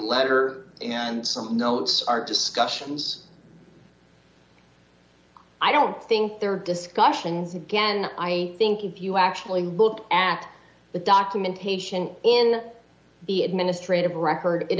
letter and some notes aren't discussions i don't think there are discussions again i think if you actually look at the documentation in the administrative record it